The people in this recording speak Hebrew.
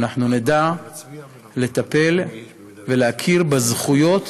אנחנו נדע לטפל ולהכיר בזכויות